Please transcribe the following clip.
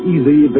Easy